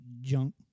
Junk